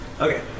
Okay